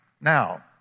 Now